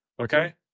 okay